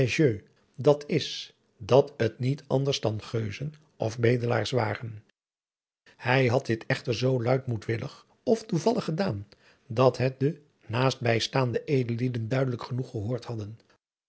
dat is dat het niet anders dan geuzen of bedelaars waren hij had dit echter zoo luid moedwillig of toevallig gedaan dat het de naastbijstaande edellieden duidelijk genoeg gehoord hadden